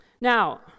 Now